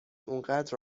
اونقدر